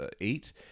eight